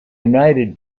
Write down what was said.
united